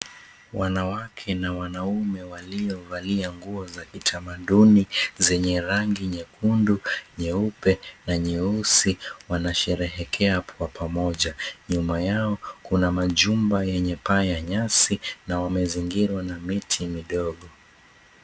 Wanawake na wanaume waliovaa nguo za kitamaduni zenye rangi nyekundu, nyeupe na nyeusi wanasheherekea hapo kwa pamoja. Nyuma yao kuna majumba yenye paa ya nyasi na wamezungirwa na miti midogo.